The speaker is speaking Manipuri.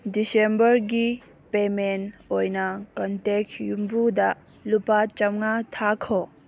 ꯗꯤꯁꯦꯟꯕꯔꯒꯤ ꯄꯦꯃꯦꯟ ꯑꯣꯏꯅ ꯀꯟꯇꯦꯛ ꯌꯨꯝꯕꯨꯗ ꯂꯨꯄꯥ ꯆꯥꯝꯃꯉꯥ ꯊꯥꯈꯣ